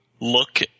look